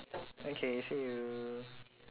okay see you